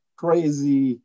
crazy